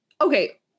Okay